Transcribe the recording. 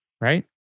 Right